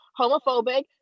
homophobic